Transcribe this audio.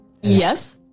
Yes